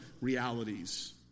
realities